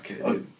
okay